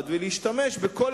להתווכח על